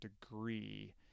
degree